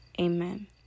amen